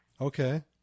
okay